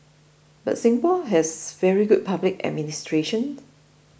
but Singapore has very good public administration